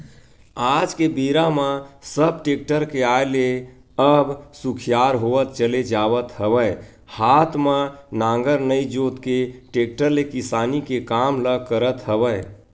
आज के बेरा म सब टेक्टर के आय ले अब सुखियार होवत चले जावत हवय हात म नांगर नइ जोंत के टेक्टर ले किसानी के काम ल करत हवय